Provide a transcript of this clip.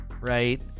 right